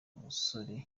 musore